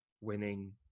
winning